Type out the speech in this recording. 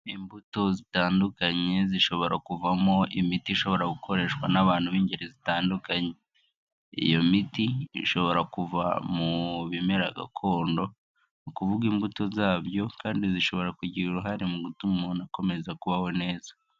Imbuto zitandukanye zishobora kuvamo imiti ishobora gukoreshwa n'abantu b'ingeri zitandukanye. Iyo miti ishobora kuva mu bimera gakondo, ni ukuvuga imbuto zabyo kandi zishobora kugira uruhare mu gutuma umuntu akomeza kubaho neza.